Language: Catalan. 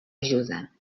ajuda